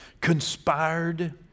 conspired